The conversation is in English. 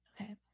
Okay